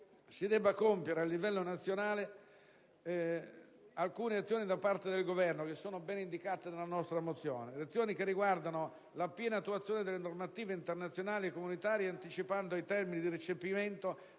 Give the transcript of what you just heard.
si debbano compiere a livello nazionale alcune azioni da parte del Governo, ben indicate nella nostra mozione, relative alla piena attuazione delle normative internazionali e comunitarie, anticipando i termini di recepimento